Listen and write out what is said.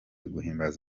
guhimbaza